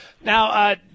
now